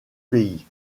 pays